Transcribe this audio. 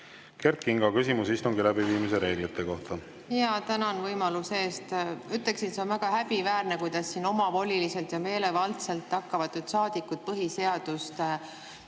Kert Kingo, küsimus istungi läbiviimise reeglite kohta. Tänan võimaluse eest! Ütleksin, et see on väga häbiväärne, kuidas omavoliliselt ja meelevaldselt hakkavad saadikud põhiseadust